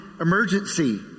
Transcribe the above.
emergency